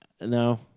no